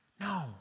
no